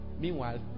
Meanwhile